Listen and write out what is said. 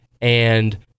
and-